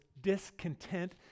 discontent